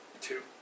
Two